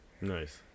Nice